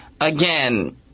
again